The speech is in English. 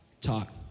talk